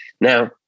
Now